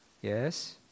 Yes